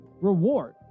reward